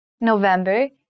november